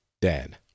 Dan